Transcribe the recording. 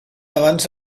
abans